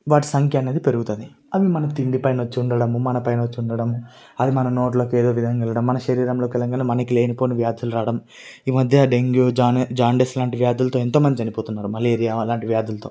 వాటి సంఖ్య అనేది పెరుగుతుంది అవి మన తిండి పైన వచ్చి ఉండటం మన పైన వచ్చి ఉండటం అది మన నోట్లోకి ఏదో విధంగా వెళ్ళడం మన శరీరంలోకి వెళ్ళగానే లేనిపోని వ్యాధులు రావడం ఈ మధ్య డెంగ్యూ జాంనీ జాండీస్ లాంటి వ్యాధులతో ఎంతో మంది చనిపోతున్నారు మలేరియా అలాంటి వ్యాధులతో